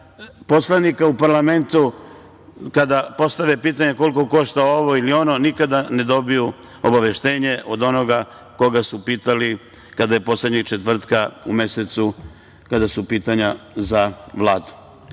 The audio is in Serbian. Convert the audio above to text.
poslanika u parlamentu, kada postave pitanje koliko košta ovo ili ono nikada ne dobiju obaveštenje od onoga koga su pitali, kada je poslednjeg četvrtka u mesecu, kada su pitanja za Vladu. Ono